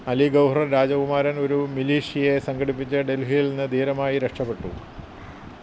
അലി ഗൗഹർ രാജകുമാരൻ ഒരു മിലിഷ്യയെ സംഘടിപ്പിച്ച് ഡൽഹിയിൽ നിന്ന് ധീരമായി രക്ഷപ്പെട്ടു